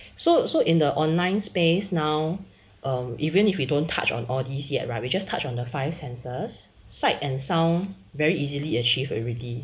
so so in the online space now err even if you don't touch on all these yet right we just touch on the five senses sight and sound very easily achieved already